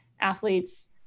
athletes